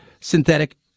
synthetic